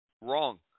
wrong